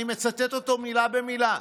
אני מצטט אותו מילה במילה.